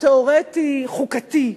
תיאורטי חוקתי.